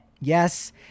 Yes